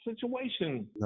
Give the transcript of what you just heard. situation